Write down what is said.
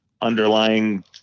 underlying